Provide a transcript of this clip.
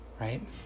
Right